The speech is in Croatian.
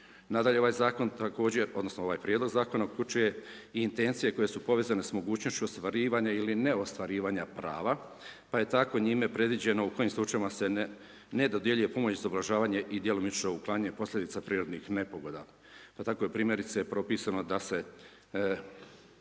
Nadalje, ovaj prijedlog zakona uključuje i intencije koje su povezane s mogućnošću ostvarivanja ili ne ostvarivanja prava pa je tako njime predviđeno u kojim slučajevima se ne dodjeljuje .../Govornik se ne razumije./... i djelomično uklanjanje posljedica prirodnih nepogoda pa tako je primjerice propisano da se